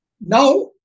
now